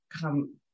come